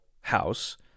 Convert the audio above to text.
House